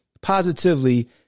positively